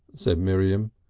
said miriam.